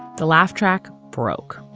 the laugh track broke